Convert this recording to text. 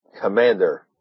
Commander